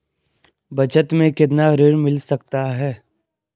बचत मैं कितना ऋण मिल सकता है?